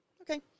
okay